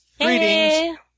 Greetings